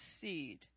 seed